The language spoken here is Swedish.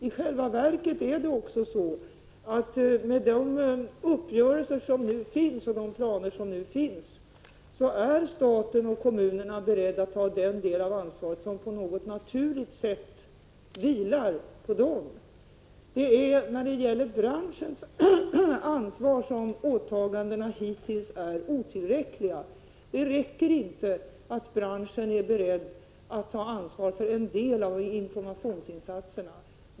I själva verket är staten och kommunerna, med de uppgörelser och planer som nu finns, beredda att ta den del av ansvaret som på något naturligt sätt vilar på dem. Det är när det gäller branschens ansvar som åtagandena hittills är otillräckliga. Det räcker inte att branschen är beredd att ta ansvar för en del av informationsinsatserna.